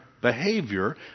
behavior